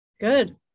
good